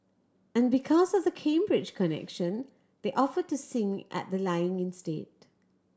and because of the Cambridge connection they offered to sing at the lying in state